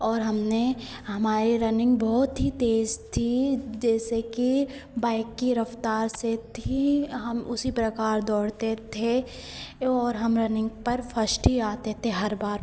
और हमने हमारे रनिंग बहुत ही तेज़ थी जैसे कि बाइक की रफ़्तार से भी हम उसी प्रकार दौड़ते थे और हम रनिंग पर फर्स्ट ही आते थे हर बार